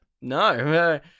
No